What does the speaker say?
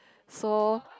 so